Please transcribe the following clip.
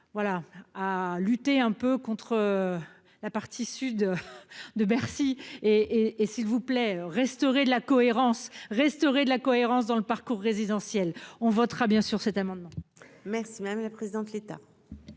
à lutter un peu contre la partie sud de Bercy et et s'il vous plaît, restaurer la cohérence restaurer de la cohérence dans le parcours résidentiel on votera bien sûr cet amendement. Merci madame la présidente, l'état.